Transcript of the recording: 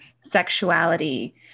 sexuality